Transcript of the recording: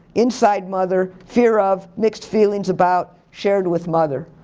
inside mother, fear of, mixed feelings about, shared with mother.